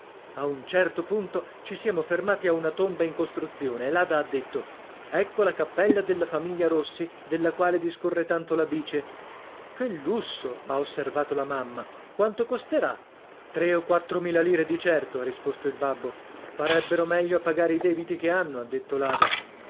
a un certo punto ci siamo fermati a una tomba in costruzione e l'ada ha detto ecco la cappella della famiglia rossi della quale discorre tanto la bice che lusso ha osservato la mamma quanto costerà